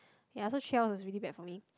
ya so three hours was really bad for me